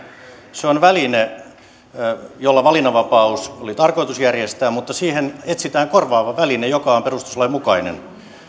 se on väline jolla valinnanvapaus oli tarkoitus järjestää mutta siihen etsitään korvaava väline joka on perustuslain mukainen